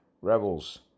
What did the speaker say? Rebels